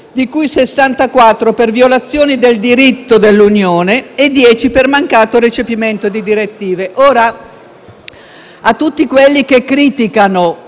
di cui 64 per violazioni del diritto dell'Unione e 10 per mancato recepimento di direttive. A tutti quelli che criticano